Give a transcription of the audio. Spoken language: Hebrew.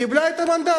היא קיבלה את המנדט.